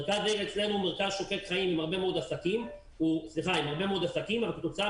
מרכז העיר אצלנו הוא מרכז שוקק חיים עם הרבה מאוד עסקים אבל כתוצאה